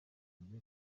byinshi